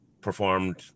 performed